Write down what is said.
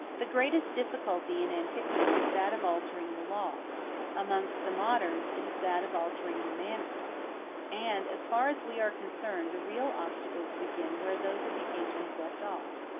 the greatest difficulty in antiquity was that of altering the law amongst the moderns it is that of altering the manners and, as far as we are concerned, the real obstacles begin where those of the ancients left off.